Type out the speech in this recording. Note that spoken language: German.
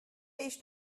ich